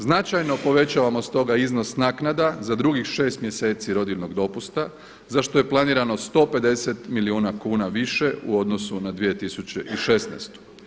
Značajno povećavamo stoga iznos naknada za drugih šest mjeseci rodiljnog dopusta za što je planirano 150 milijuna kuna više u odnosu na 2016.